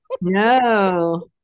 No